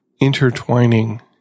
intertwining